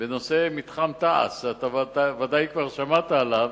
בנושא מתחם תע"ש, שאתה בוודאי כבר שמעת עליו,